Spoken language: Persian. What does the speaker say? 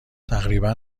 تقریبا